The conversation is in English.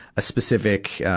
a specific, ah,